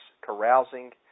carousing